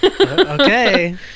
Okay